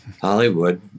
Hollywood